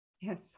Yes